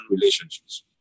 relationships